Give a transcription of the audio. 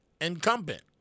incumbent